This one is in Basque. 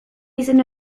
izena